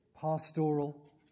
pastoral